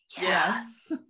Yes